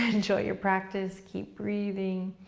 enjoy your practice, keep breathing.